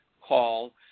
call